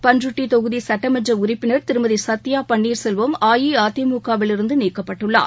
பண்ரூட்டிதொகுதிசட்டமன்றஉறுப்பினர் திருமதிசத்யாபன்னீர்செல்வம் அஇஅதிமுகவிலிருந்துநீக்கப்பட்டுள்ளார்